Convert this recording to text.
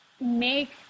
make